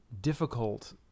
difficult